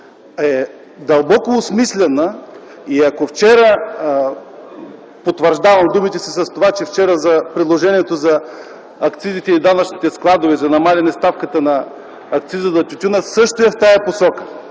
е дълбоко осмислена. Потвърждавам думите си с това, че вчера при предложенията за акцизите и данъчните складове за намаляване на ставката на акциза за тютюна също е в тази посока.